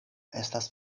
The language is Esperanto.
estas